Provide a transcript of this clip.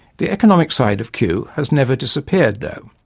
the economic side of kew has never disappeared, though.